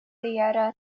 السيارات